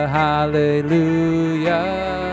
hallelujah